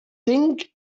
think